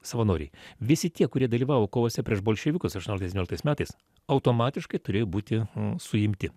savanoriai visi tie kurie dalyvavo kovose prieš bolševikus aštuonioliktais devynioliktais metais automatiškai turėjo būti suimti